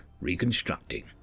reconstructing